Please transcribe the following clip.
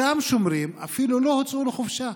אותם שומרים אפילו לא הוצאו לחופשה.